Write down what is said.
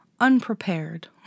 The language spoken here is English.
unprepared